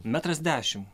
metras dešimt